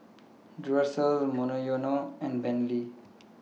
Duracell Monoyono and Bentley